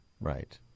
right